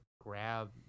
grab